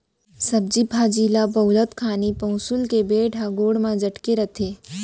सब्जी भाजी ल पउलत घानी पउंसुल के बेंट ह गोड़ म चटके रथे